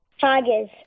Tigers